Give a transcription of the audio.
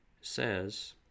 says